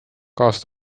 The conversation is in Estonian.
kaasa